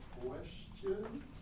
questions